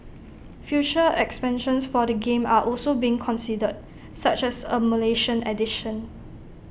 future expansions for the game are also being considered such as A Malaysian edition